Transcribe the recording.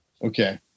Okay